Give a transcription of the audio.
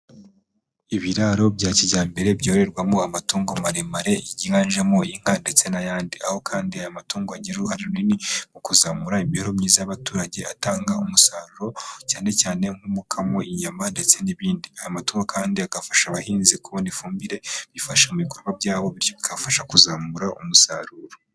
Ibiraro bya kijyambere byororerwamo amatungo maremare, yiganjemo inka ndetse n'ayandi, aho kandi amatungo agira uruhare runini mu kuzamura imibereho myiza y'abaturage, atanga umusaruro cyanecyane nk'umukamo, inyama ndetse n'ibindi, amatungo kandi agafasha abahinzi kubona ifumbire ifasha mu bikorwa byabo, bikabafasha kuzamura umusaruro.